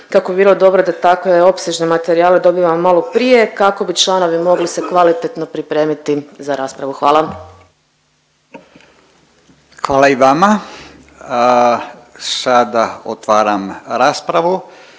kako bi bilo dobro da takve opsežne materijale dobivamo malo prije kako bi članovi mogli se kvalitetno pripremiti za raspravu. Hvala. **Radin, Furio (Nezavisni)** Hvala i vama. Sada otvaram raspravu